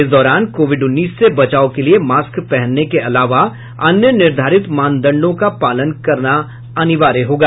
इस दौरान कोविड उन्नीस से बचाव के लिए मास्क पहनने के अलावा अन्य निर्धारित मानदंडों का पालन करना अनिवार्य होगा